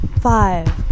five